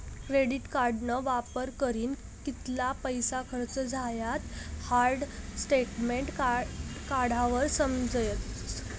credit कार्डना वापर करीन कित्ला पैसा खर्च झायात हाई स्टेटमेंट काढावर समजस